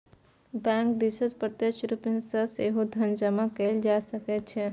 bank दिससँ प्रत्यक्ष रूप सँ सेहो धन जमा कएल जा सकैत छै